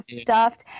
stuffed